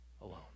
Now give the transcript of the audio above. alone